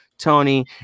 Tony